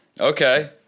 okay